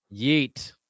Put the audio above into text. Yeet